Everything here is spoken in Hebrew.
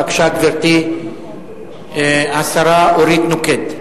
בבקשה, גברתי השרה אורית נוקד.